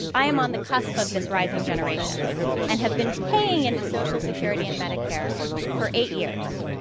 i am on the cusp of this rising generation and have been paying into social security and medicare for eight years.